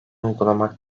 uygulamak